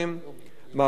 מאבק צודק,